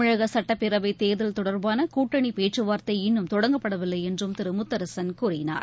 தமிழக சட்டப்பேரவைத்தேர்தல் தொடர்பான கூட்டணி பேச்சுவார்த்தை இன்னும் தொடங்கப்படவில்லை என்றும் திரு முத்தரசன் கூறினார்